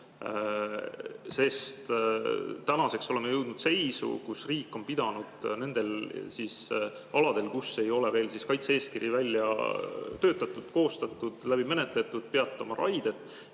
sest tänaseks oleme jõudnud seisu, kus riik on pidanud nendel aladel, kus ei ole veel kaitse-eeskiri välja töötatud, koostatud, läbi menetletud, peatuma raided.